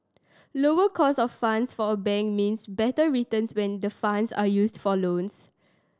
lower cost of funds for a bank means better returns when the funds are used for loans